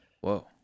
Whoa